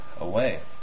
Away